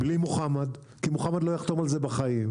בלי מוחמד כי מוחמד לא יחתום על זה בחיים.